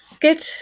Good